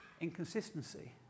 inconsistency